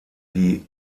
die